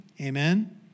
Amen